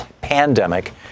pandemic